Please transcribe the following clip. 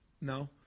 no